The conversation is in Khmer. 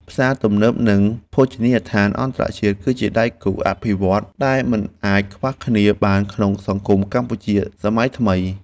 ផ្សារទំនើបនិងភោជនីយដ្ឋានអន្តរជាតិ គឺជាដៃគូអភិវឌ្ឍន៍ដែលមិនអាចខ្វះគ្នាបានក្នុងសង្គមកម្ពុជាសម័យថ្មី។